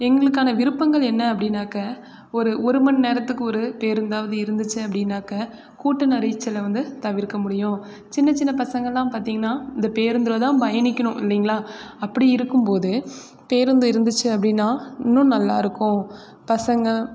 எங்களுக்கான விருப்பங்கள் என்ன அப்படினாக்க ஒரு ஒரு மநேரத்துக்கு ஒரு பேருந்தாவது இருந்துச்சு அப்படினாக்க கூட்ட நெரிச்சலை வந்து தவிர்க்க முடியும் சின்ன சின்ன பசங்களாக பார்த்திங்கன்னா இந்த பேருந்துல தான் பயணிக்கணும் இல்லைங்களா அப்படி இருக்கும் போது பேருந்து இருந்துச்சு அப்படின்னா இன்னும் நல்லாருக்கும் பசங்க